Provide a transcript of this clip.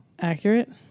accurate